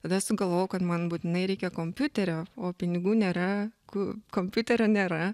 tada sugalvojau kad man būtinai reikia kompiuterio o pinigų nėra ku kompiuterio nėra